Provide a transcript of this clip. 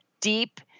deep